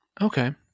Okay